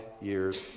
years